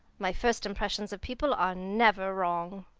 my first impressions of people are never wrong.